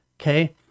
Okay